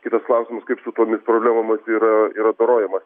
kitas klausimas kaip su tomis problemomis yra yra dorojamasi